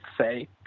say